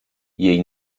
jej